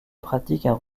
pratiquent